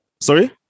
Sorry